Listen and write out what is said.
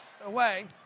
away